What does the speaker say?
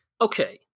okay